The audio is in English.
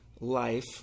life